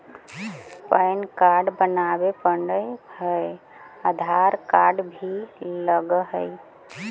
Pan card बनावे पडय है आधार कार्ड भी लगहै?